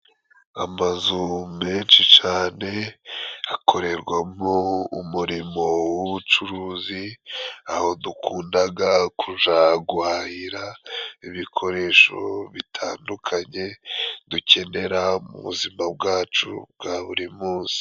Amazu menshi cane akorerwamo umurimo w'ubucuruzi, aho dukundaga kuja guhahira ibikoresho bitandukanye dukenera mu buzima bwacu bwa buri munsi.